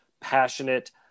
passionate